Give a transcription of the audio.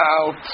out